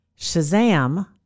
Shazam